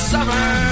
Summer